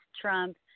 Trump